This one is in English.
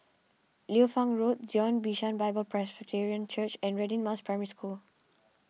Liu Fang Road Zion Bishan Bible Presbyterian Church and Radin Mas Primary School